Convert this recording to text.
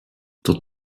tot